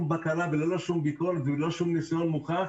בקרה וללא שום ביקורת וניסיון נוכח,